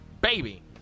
baby